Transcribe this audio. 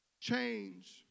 Change